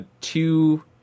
two